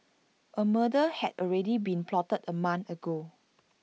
A murder had already been plotted A month ago